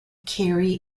carry